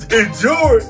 enjoy